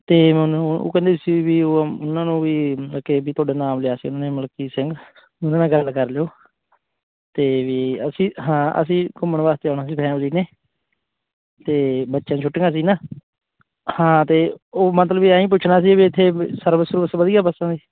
ਅਤੇ ਮੈਨੂੰ ਉਹ ਕਹਿੰਦੇ ਸੀ ਵੀ ਉਹਨਾਂ ਨੂੰ ਵੀ ਅਕੇ ਵੀ ਤੁਹਾਡਾ ਨਾਮ ਲਿਆ ਸੀ ਉਹਨਾਂ ਨੇ ਮਲਕੀਤ ਸਿੰਘ ਉਹਦੇ ਨਾਲ ਗੱਲ ਕਰ ਲਿਓ ਅਤੇ ਵੀ ਅਸੀਂ ਹਾਂ ਅਸੀਂ ਘੁੰਮਣ ਵਾਸਤੇ ਆਉਣਾ ਸੀ ਫੈਮਲੀ ਅਤੇ ਬੱਚਿਆਂ ਨੂੰ ਛੁੱਟੀਆਂ ਸੀ ਨਾ ਹਾਂ ਤਾਂ ਉਹ ਮਤਲਬ ਐਂਂ ਹੀ ਪੁੱਛਣਾ ਸੀ ਵੀ ਇੱਥੇ ਸਰਵਿਸ ਸੁਰਵਿਸ ਵਧੀਆ ਬੱਸਾਂ ਦੀ